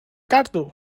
kartu